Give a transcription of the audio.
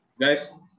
Guys